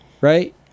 right